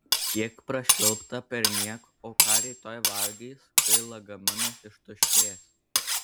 kiek prašvilpta perniek o ką rytoj valgys kai lagaminas ištuštės